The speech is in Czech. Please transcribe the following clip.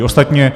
Ostatně